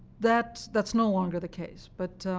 that's that's no longer the case. but